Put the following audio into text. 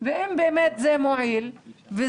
אם זה אכן מועיל ותופס